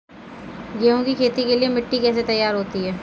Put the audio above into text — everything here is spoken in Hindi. गेहूँ की खेती के लिए मिट्टी कैसे तैयार होती है?